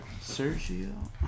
Sergio